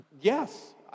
Yes